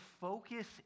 focus